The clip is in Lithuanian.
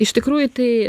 iš tikrųjų tai